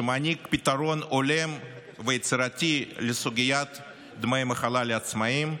שמעניק פתרון הולם ויצירתי לסוגיית דמי מחלה לעצמאים,